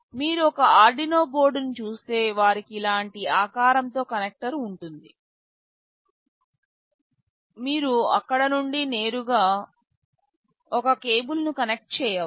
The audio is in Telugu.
మీరు ఒక ఆర్డునో బోర్డ్ను చూస్తే వారికి ఇలాంటి ఆకారంతో కనెక్టర్ ఉంటుంది మీరు అక్కడ నుండి నేరుగా ఒక కేబుల్ను కనెక్ట్ చేయవచ్చు